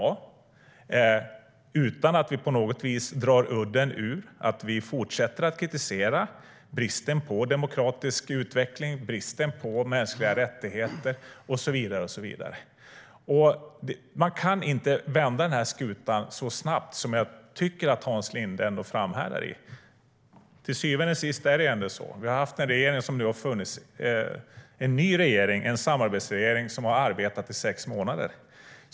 Det har vi utan att vi på något vis drar udden ur att vi fortsätter att kritisera bristen på demokratisk utveckling, bristen på mänskliga rättigheter, och så vidare. Man kan inte vända skutan så snabbt som jag tycker att Hans Linde ändå framhärdar i. Till syvende och sist har vi haft en ny samarbetsregering som har arbetat i sex månader.